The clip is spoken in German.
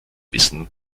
wissen